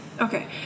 Okay